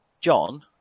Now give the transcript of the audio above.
John